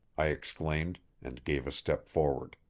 i exclaimed, and gave a step forward.